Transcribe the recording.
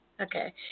Okay